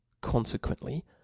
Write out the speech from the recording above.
Consequently